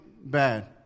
bad